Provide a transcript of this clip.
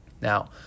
Now